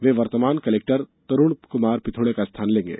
वे वर्तमान कलेक्टर तरूण कुमार पिथोड़े का स्थान लेंगे